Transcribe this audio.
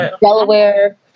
Delaware